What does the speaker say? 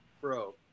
Bro